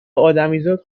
ادمیزاد